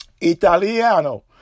Italiano